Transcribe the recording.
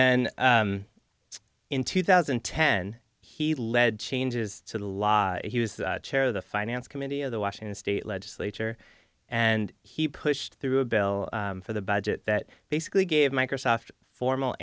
then in two thousand and ten he led changes to the law he was chair of the finance committee of the washington state legislature and he pushed through a bill for the budget that basically gave microsoft formal